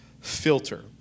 filter